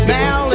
now